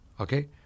okay